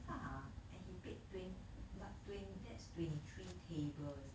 ya and he paid twenty but twenty that's twenty three tables